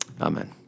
amen